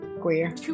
queer